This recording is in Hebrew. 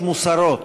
מוסרות